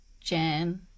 Jan